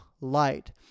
light